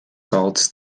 salts